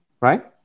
right